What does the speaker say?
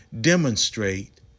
demonstrate